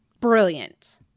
Brilliant